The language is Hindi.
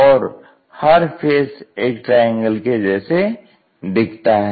और हर फेस एक ट्राएंगल के जैसे दिखता है